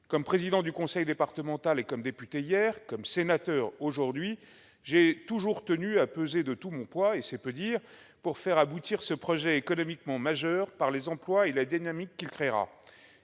Comme président du conseil départemental et député hier, comme sénateur aujourd'hui, j'ai toujours tenu à peser de tout mon poids, et c'est peu dire, pour faire aboutir ce projet, majeur à un double titre, économiquement par les emplois et la dynamique il créera,